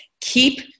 keep